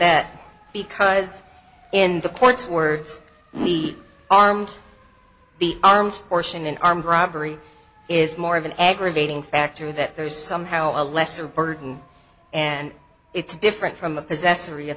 that because in the court's words we armed the arms portion an armed robbery is more of an aggravating factor that there is somehow a lesser burden and it's different from a